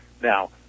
Now